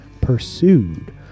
Pursued